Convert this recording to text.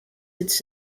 its